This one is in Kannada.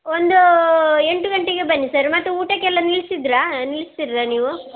ಒಂದು ಎಂಟು ಗಂಟೆಗೆ ಬನ್ನಿ ಸರ್ ಮತ್ತು ಊಟಕ್ಕೆಲ್ಲಾ ನಿಲ್ಲಿಸಿದ್ರಾ ನಿಲ್ಲಿಸ್ತೀರ ನೀವು